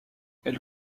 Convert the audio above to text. elle